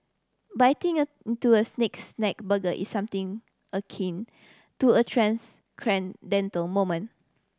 biting into a Snake Snack burger is something akin to a moment